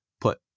put